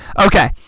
Okay